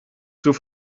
zur